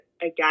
again